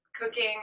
cooking